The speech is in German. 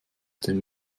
dem